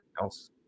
else